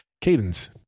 cadence